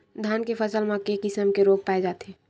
धान के फसल म के किसम के रोग पाय जाथे?